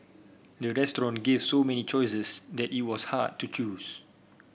the restaurant gave so many choices that it was hard to choose